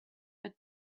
but